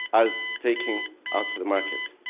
are taken out of the market?